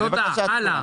הלאה.